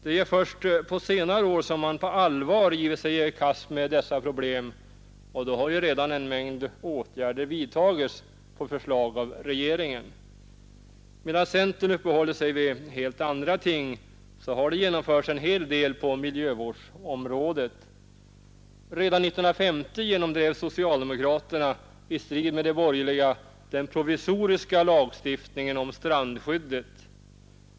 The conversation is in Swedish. Det är först på senare år som man på allvar givit sig i kast med dessa problem, och då har ju redan en mängd åtgärder vidtagits på förslag av regeringen. Medan centern uppehållit sig vid helt andra ting har en god del genomförts på miljövårdsområdet. Redan 1950 genomdrev socialdemokraterna, i strid med de borgerliga, den provisoriska lagstiftningen om strandskyddet.